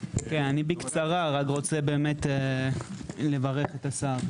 בקצרה אני רוצה לברך את השר.